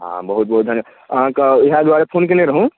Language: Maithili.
हँ बहुत बहुत धन्य अहाँके इएह दुआरे फोन केने रहौं